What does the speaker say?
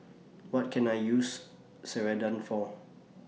What Can I use Ceradan For